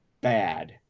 bad